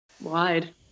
Wide